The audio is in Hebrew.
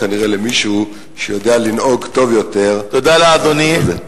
כנראה למישהו שיודע לנהוג טוב יותר את הרכב הזה.